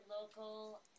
local